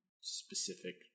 specific